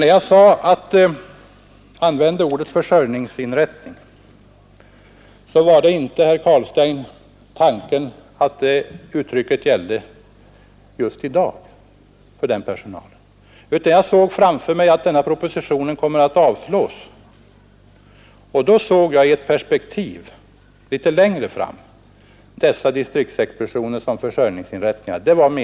När jag använde ordet försörjningsinrättning gäller det inte, herr Carlstein, personalen just i dag, utan jag såg framför mig, om denna proposition kommer att avslås, i ett litet längre perspektiv dessa distriktsexpeditioner som försörjningsinrättningar.